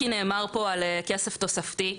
כי נאמר פה על כסף תוספתי,